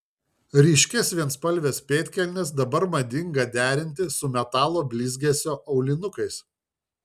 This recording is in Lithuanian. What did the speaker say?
ryškias vienspalves pėdkelnes dabar madinga derinti su metalo blizgesio aulinukais